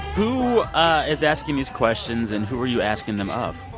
who is asking these questions, and who are you asking them of?